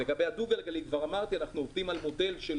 לגבי הדו-גלגלי: אנחנו עובדים על מודל של